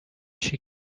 she